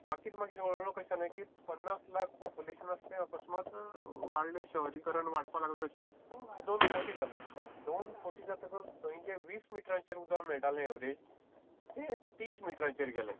मागीर मागीर हळू हळू कशें जालें की पन्नास लाख पोप्यूलेशन आसा तें अकस्मात वाडलें शहरीकरण वाडपाक लागलें तशें दोन कोटी जालें दोन कोटी जातकच थंय जें वीस मिटराचेर उदक मेळटालें एवरेज तें तीस मिटराचेर गेलें